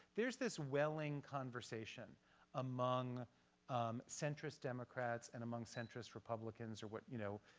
there's this welling conversation among um centrist democrats and among centrist republicans, or what, you know,